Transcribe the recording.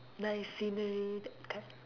nice scenery that kind